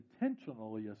intentionally